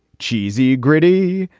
cheesy, gritty.